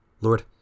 Lord